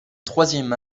troisième